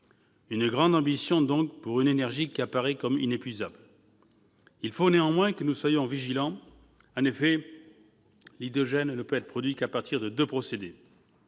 Une grande ambition, donc, pour une énergie qui apparaît comme inépuisable. Il faut néanmoins que nous soyons vigilants. En effet, l'hydrogène ne peut être produit qu'à partir de deux procédés.